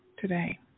today